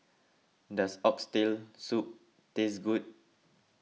does Oxtail Soup taste good